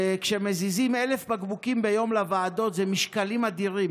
כשמזיזים 1,000 בקבוקים ביום לוועדות זה משקלים אדירים,